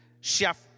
Chef